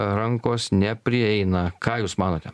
rankos neprieina ką jūs manote